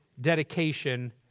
dedication